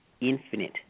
infinite